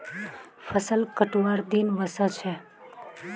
फसल कटवार दिन व स छ